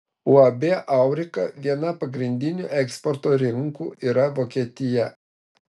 uab aurika viena pagrindinių eksporto rinkų yra vokietija